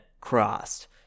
crossed